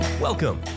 Welcome